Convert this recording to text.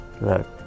look